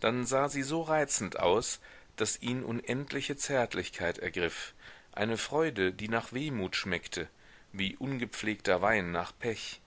dann sah sie so reizend aus daß ihn unendliche zärtlichkeit ergriff eine freude die nach wehmut schmeckte wie ungepflegter wein nach pech